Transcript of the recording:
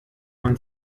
man